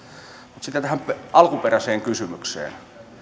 sitten tähän alkuperäiseen kysymykseen